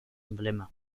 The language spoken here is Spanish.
emblema